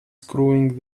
screwing